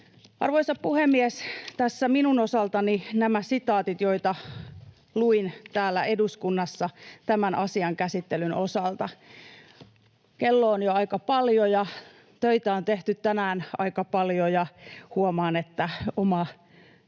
Arvoisa puhemies! Tässä minun osaltani nämä sitaatit, joita luin täällä eduskunnassa tämän asian käsittelyn osalta. Kello on jo aika paljon, töitä on tehty tänään aika paljon, ja huomaan, että oma